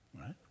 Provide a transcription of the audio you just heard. right